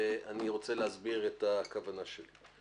ואני רוצה להסביר את הכוונה שלי,